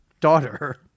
daughter